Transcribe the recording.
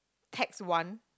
text one